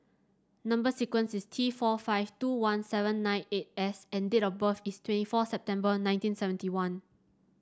number sequence is T four five two one seven nine eight S and date of birth is twenty four September nineteen seventy one